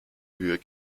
höher